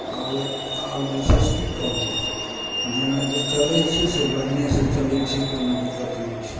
आओर आओर विशेष की कहू जेना जे चलय छै से बढ़ियेंसँ चलय छै कोनो दिक्कत नहि छै